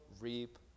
reap